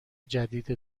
جدید